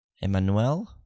Emmanuel